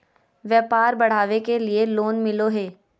व्यापार बढ़ावे के लिए लोन मिलो है?